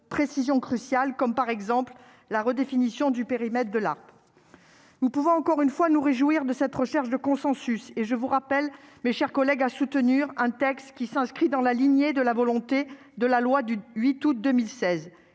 précisions cruciales, comme la redéfinition du périmètre de l'ARPE. Nous pouvons encore une fois nous réjouir de cette recherche de consensus. Aussi, je vous appelle, mes chers collègues, à soutenir un texte qui s'inscrit dans la lignée de la loi du 8 août 2016,